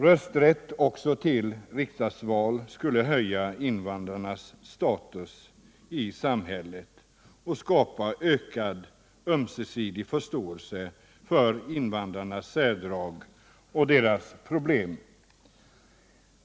Rösträtt också till riksdagsval skulle höja invandrarnas status i samhället och skapa ökad förståelse för invandrarnas särdrag och deras problem.